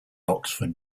oxford